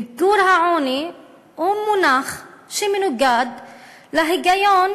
מיגור העוני הוא מונח שמנוגד להיגיון